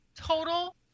total